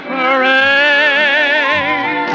Parade